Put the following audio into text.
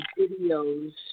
videos